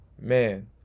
man